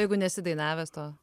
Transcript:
jeigu nesi dainavęs to